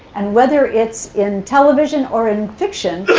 and whether it's in television or in fiction,